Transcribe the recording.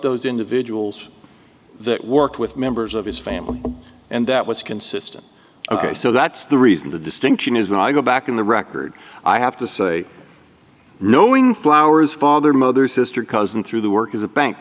those individuals that worked with members of his family and that was consistent ok so that's the reason the distinction is when i go back in the record i have to say knowing flours father mother sister cousin through the work as a bank